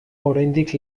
oraindik